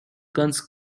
guns